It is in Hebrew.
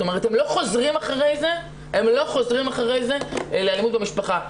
הם לא חוזרים אחרי זה לאלימות במשפחה.